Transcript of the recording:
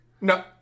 No